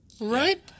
right